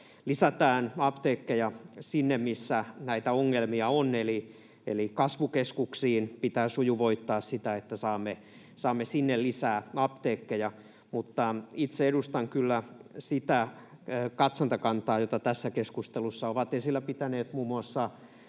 Lisätään apteekkeja sinne, missä näitä ongelmia on, eli kasvukeskuksiin. Pitää sujuvoittaa sitä, että saamme sinne lisää apteekkeja, mutta itse edustan kyllä sitä katsantakantaa, jota tässä keskustelussa ovat esillä pitäneet useat